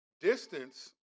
Distance